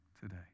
today